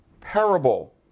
parable